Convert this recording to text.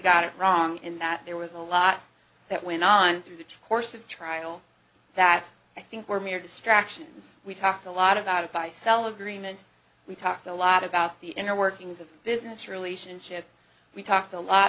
got it wrong in that there was a lot that went on to the horse the trial that i think were mere distractions we talked a lot about it by cell agreement we talked a lot about the inner workings of business relationship we talked a lot